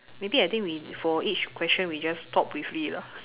maybe I think we for each question we just talk briefly lah